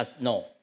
No